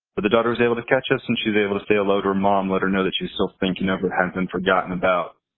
but the daughter was able to catch us, and she's able to say hello to her mom, let her know that she's still thinking, never has been forgotten about.